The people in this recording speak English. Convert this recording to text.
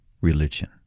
religion